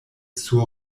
sur